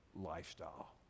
lifestyle